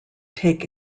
take